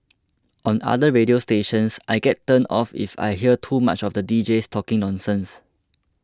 on other radio stations I get turned off if I hear too much of the deejays talking nonsense